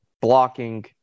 blocking